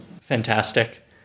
Fantastic